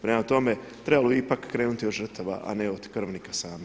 Prema tome, trebalo bi ipak krenuti od žrtava, a ne od krvnika samih.